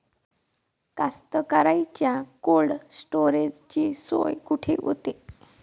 कास्तकाराइच्या कोल्ड स्टोरेजची सोय कुटी होते?